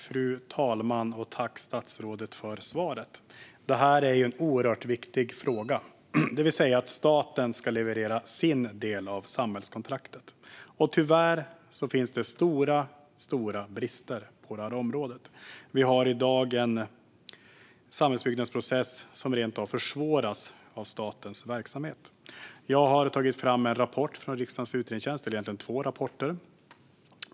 Fru talman! Tack, statsrådet, för svaret! Detta är en oerhört viktig fråga, det vill säga att staten ska leverera sin del av samhällskontraktet. Tyvärr finns det stora brister på detta område. Vi har i dag en samhällsbyggnadsprocess som rent av försvåras av statens verksamhet. Jag har tagit fram en rapport från riksdagens utredningstjänst, eller egentligen två rapporter.